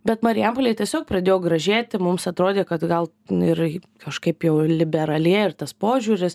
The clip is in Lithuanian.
bet marijampolė tiesiog pradėjo gražėti mums atrodė kad gal ir kažkaip jau liberalėja ir tas požiūris